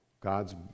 God's